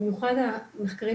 במיוחד המחקרים